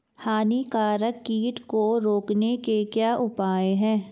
हानिकारक कीट को रोकने के क्या उपाय हैं?